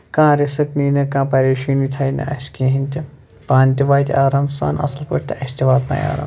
کانٛہہ رِسٕک نی نہٕ کانٛہہ پریشٲنی تھونہٕ اَسہِ کِہینۍ تہِ پانہٕ تہِ واتہِ آرام سان اَصٕل پٲٹھۍ تہٕ اَسہِ تہِ واتناوی آرام سان